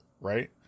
Right